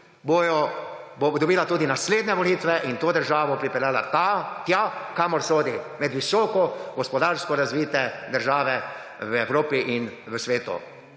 bo dobila tudi naslednje volitve in to državo pripeljala tja, kamor sodi − med visoko gospodarsko razvite države v Evropi in v svetu.